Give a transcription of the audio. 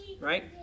right